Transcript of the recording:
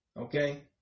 okay